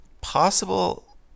possible